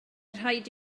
rhaid